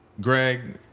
Greg